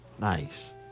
Nice